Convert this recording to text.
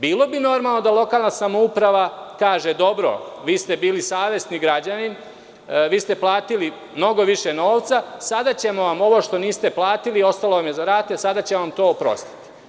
Bilo bi normalno da lokalna samouprava kaže – dobro, vi ste bili savesni građanin, platili ste mnogo više novca, sada ćemo vam ovo što niste platili, ostalo vam je za rate, sada će vam to oprostiti.